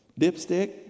Dipstick